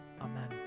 Amen